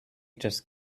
just